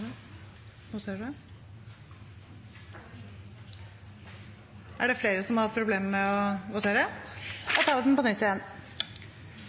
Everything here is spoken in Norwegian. feil. Er det flere som har problemer med å votere? – Da tar vi voteringen på nytt.